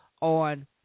on